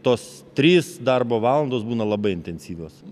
tos trys darbo valandos būna labai intensyvios